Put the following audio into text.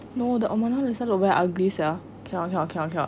no the uh mona lisa look very ugly sia cannot cannot cannot cannot